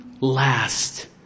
last